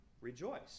Rejoice